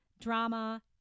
drama